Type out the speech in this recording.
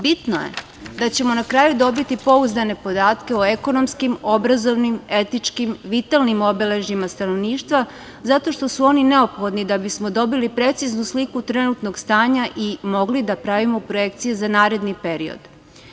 Bitno je da ćemo na kraju dobiti pouzdane podatke o ekonomskim, obrazovnim, etičkim, vitalnim obeležjima stanovništva, zato što su oni neophodni da bismo dobili preciznu sliku trenutnog stanja i mogli da pravimo projekcije za naredni period.